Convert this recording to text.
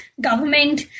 government